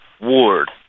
Ward